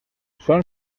són